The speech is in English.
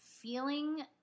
feeling